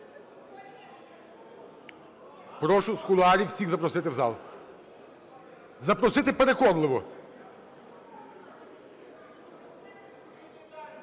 Прошу з кулуарів всіх запросити в зал, запросити переконливо.